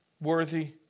worthy